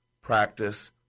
practice